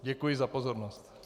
Děkuji za pozornost.